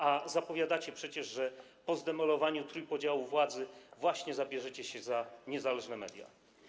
A zapowiadacie przecież, że po zdemolowaniu trójpodziału władzy właśnie zabierzecie się za niezależne media.